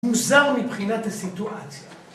מוזר מבחינת הסיטואציה.